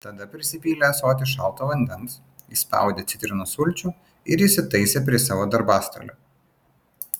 tada prisipylė ąsotį šalto vandens įspaudė citrinos sulčių ir įsitaisė prie savo darbastalio